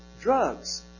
drugs